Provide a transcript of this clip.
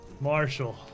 Marshall